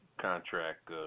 contract